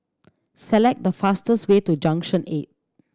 select the fastest way to Junction Eight